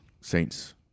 Saints